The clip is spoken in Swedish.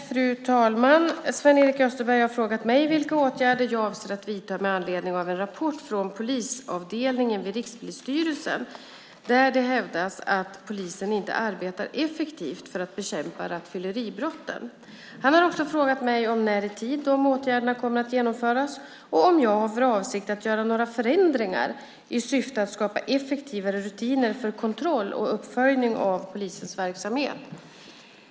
Fru talman! Sven-Erik Österberg har frågat mig vilka åtgärder jag avser att vidta med anledning av en rapport från polisavdelningen vid Rikspolisstyrelsen där det hävdas att polisen inte arbetar effektivt för att bekämpa rattfylleribrotten. Han har också frågat mig när i tid dessa åtgärder kommer att genomföras och om jag har för avsikt att göra några förändringar i syfte att skapa effektivare rutiner för kontroll och uppföljning av polisens verksamhet.